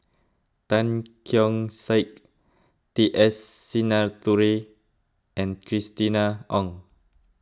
Tan Keong Saik T S Sinnathuray and Christina Ong